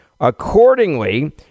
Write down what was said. Accordingly